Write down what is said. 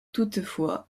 toutefois